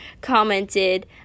commented